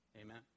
Amen